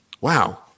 wow